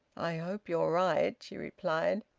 i hope you are right, she replied.